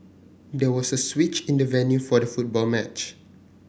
there was a switch in the venue for the football match